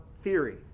theory